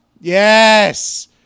Yes